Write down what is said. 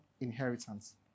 inheritance